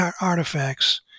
artifacts